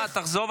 תחזור,